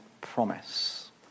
promise